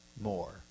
more